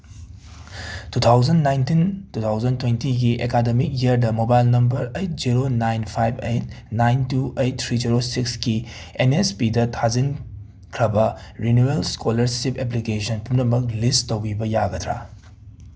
two thousand nineteen two thousand ꯇꯣꯏꯟꯇꯤꯒꯤ academic ꯌꯔꯗ mobile number eight zero nine five eight nine two eight three zero ꯁꯤꯛꯁꯀꯤ N S ꯄꯤꯗ ꯊꯥꯖꯤꯟꯈ꯭ꯔꯕ renewal scholarship application ꯄꯨꯝꯅꯃꯛ ꯂꯤꯁ ꯇꯧꯕꯤꯕ ꯌꯥꯒꯗꯔ